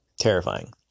terrifying